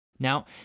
Now